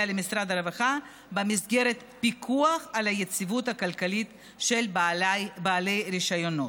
למשרד הרווחה במסגרת פיקוח על היציבות הכלכלית של בעלי רישיונות.